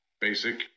basic